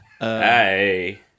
Hey